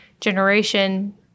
generation